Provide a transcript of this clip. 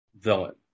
villain